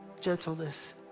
gentleness